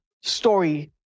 story